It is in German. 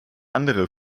andere